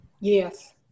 Yes